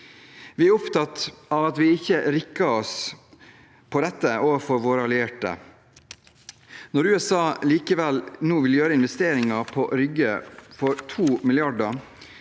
Vi er opptatt av at vi ikke rikker oss angående dette overfor våre allierte. Når USA likevel nå vil gjøre investeringer på Rygge for 2 mrd.